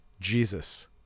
Jesus